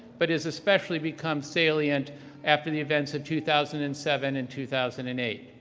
but has especially become salient after the events of two thousand and seven and two thousand and eight.